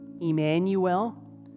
Emmanuel